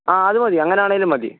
ആ അത് മതി അങ്ങനെ ആണെങ്കിലും മതി